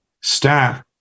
staff